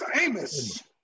Amos